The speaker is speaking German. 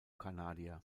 kanadier